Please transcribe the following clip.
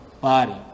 body